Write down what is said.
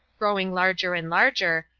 growing larger and larger,